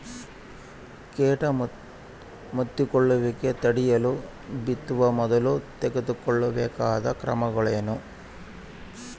ಕೇಟ ಮುತ್ತಿಕೊಳ್ಳುವಿಕೆ ತಡೆಯಲು ಬಿತ್ತುವ ಮೊದಲು ತೆಗೆದುಕೊಳ್ಳಬೇಕಾದ ಕ್ರಮಗಳೇನು?